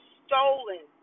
stolen